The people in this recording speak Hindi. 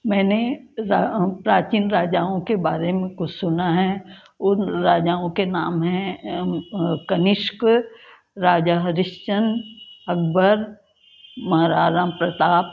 मैंने प्राचीन राजाओं के बारे में कुछ सुना है उन राजाओं के नाम हैं कनिष्क राजा हरीशचंद अकबर महाराणा प्रताप